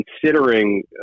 considering